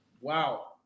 Wow